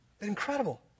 Incredible